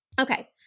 Okay